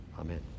Amen